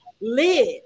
live